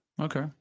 Okay